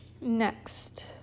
Next